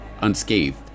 unscathed